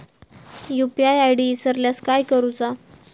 UPI ID इसरल्यास काय करुचा?